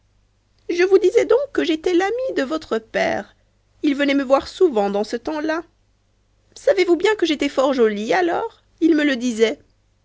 je vous disais donc que j'étais l'amie de votre père il me venait voir souvent dans ce temps-là et à propos de ce temps-là savez-vous bien que j'étais fort jolie alors il me le disait